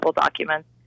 documents